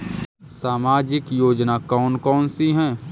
सामाजिक योजना कौन कौन सी हैं?